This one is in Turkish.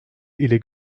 ile